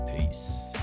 Peace